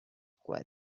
quiet